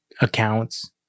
accounts